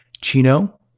Chino